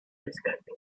rescate